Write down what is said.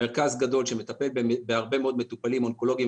מרכז גדול שמטפל בהרבה מאוד מטופלים אונקולוגיים